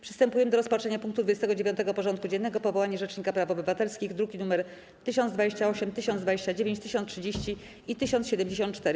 Przystępujemy do rozpatrzenia punktu 29. porządku dziennego: Powołanie Rzecznika Praw Obywatelskich (druki nr 1028, 1029, 1030 i 1074)